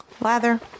Lather